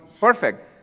perfect